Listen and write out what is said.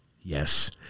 Yes